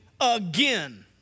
again